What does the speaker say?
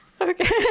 Okay